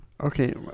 Okay